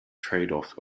tradeoff